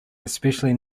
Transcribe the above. especially